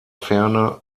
ferne